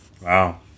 Wow